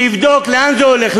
תבדוק לאן זה הולך,